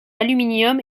aluminium